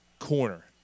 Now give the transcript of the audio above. corner